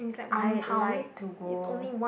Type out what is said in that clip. I'd like to go